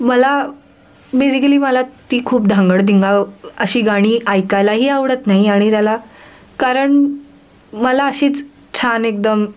मला बेजिकली मला ती खूप धांगडधिंगा अशी गाणी ऐकायलाही आवडत नाही आणि त्याला कारण मला अशीच छान एकदम